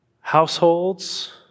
households